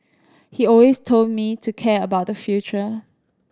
he always told me to care about the future